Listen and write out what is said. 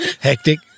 hectic